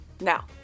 Now